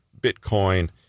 Bitcoin